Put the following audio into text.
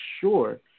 sure